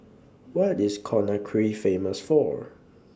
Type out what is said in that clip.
What IS Conakry Famous For